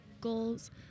goals